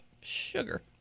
Sugar